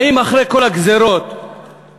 האם אחרי כל הגזירות שמניתי,